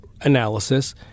analysis